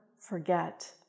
forget